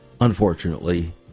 unfortunately